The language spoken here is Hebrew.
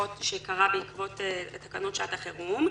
שקרה בעקבות תקנות שעת חירום.